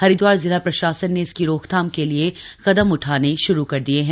हरिद्वार जिला प्रशासन ने इसकी रोकथाम के लिए कदम उठाने शुरू कर दिये हैं